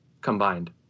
combined